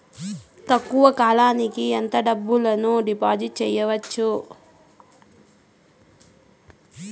తక్కువ కాలానికి ఎంత డబ్బును డిపాజిట్లు చేయొచ్చు?